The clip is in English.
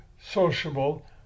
sociable